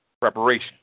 preparation